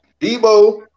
Debo